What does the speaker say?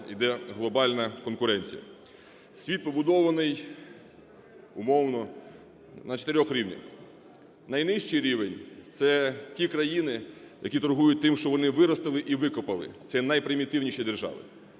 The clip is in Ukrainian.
йде глобальна конкуренція. Світ побудований умовно на чотирьох рівнях. Найнижчий рівень – це ті країни, які торгують тим, що вони виростили і викопали, це найпримітивніші держави.